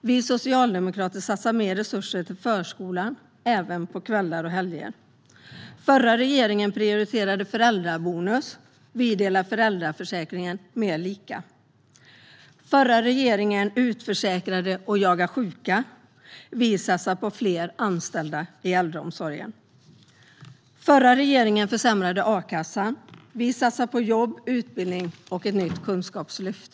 Vi socialdemokrater satsar mer resurser till förskolan, även för kvällar och helger. Den förra regeringen prioriterade föräldrabonus. Vi delar föräldraförsäkringen mer lika. Den förra regeringen utförsäkrade och jagade sjuka. Vi satsar på fler anställda i äldreomsorgen. Den förra regeringen försämrade a-kassan. Vi satsar på jobb, utbildning och ett nytt kunskapslyft.